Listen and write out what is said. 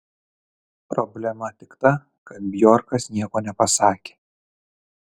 problema tik ta kad bjorkas nieko nepasakė